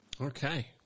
Okay